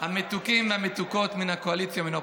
המתוקים והמתוקות מן הקואליציה ומן האופוזיציה,